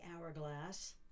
hourglass